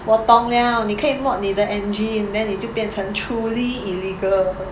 我懂 liao 你可以 modify 你的 engine then 你就变成 truly illegal